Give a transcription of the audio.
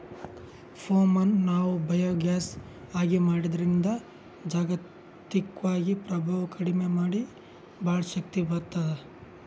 ಪೋಮ್ ಅನ್ನ್ ನಾವ್ ಬಯೋಗ್ಯಾಸ್ ಆಗಿ ಮಾಡದ್ರಿನ್ದ್ ಜಾಗತಿಕ್ವಾಗಿ ಪ್ರಭಾವ್ ಕಡಿಮಿ ಮಾಡಿ ಭಾಳ್ ಶಕ್ತಿ ಬರ್ತ್ತದ